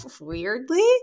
weirdly